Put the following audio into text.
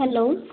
hello